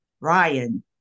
Ryan